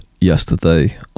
yesterday